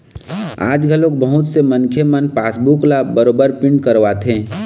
आज घलोक बहुत से मनखे मन पासबूक ल बरोबर प्रिंट करवाथे